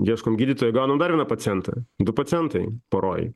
ieškom gydytojo gaunam dar vieną pacientą du pacientai poroj